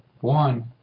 one